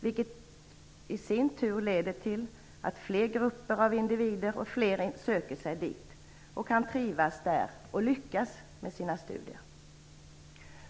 Det leder i sin tur till att fler grupper av individer söker sig dit, och kan trivas där och lyckas med sina studier.